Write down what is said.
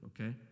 okay